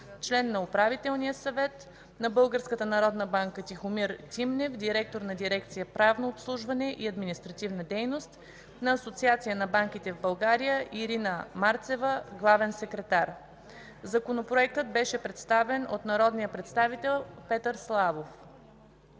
член на Управителния съвет; на Българската народна банка: Тихомир Тимнев – директор на дирекция „Правно обслужване и административна дейност”, на Асоциация на банките в България: Ирина Марцева – главен секретар. Законопроектът беше представен от народния представител Петър Славов.